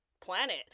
planet